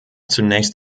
zunächst